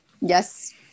yes